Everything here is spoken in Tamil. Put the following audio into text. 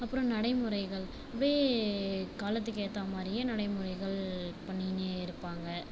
அப்புறம் நடைமுறைகள் இதுவே காலத்துக்கு ஏற்ற மாதிரியே நடைமுறைகள் பண்ணிகினே இருப்பாங்க